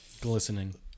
Glistening